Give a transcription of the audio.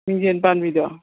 ꯃꯤꯡꯁꯦꯟ ꯄꯥꯟꯕꯤꯗꯣ